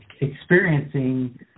experiencing